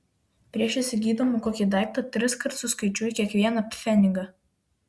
prieš įsigydama kokį daiktą triskart suskaičiuoja kiekvieną pfenigą